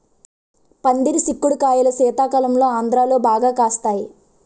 పందిరి సిక్కుడు కాయలు శీతాకాలంలో ఆంధ్రాలో బాగా కాస్తాయి